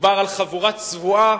מדובר על חבורה צבועה